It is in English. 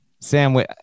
Sam